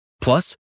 Plus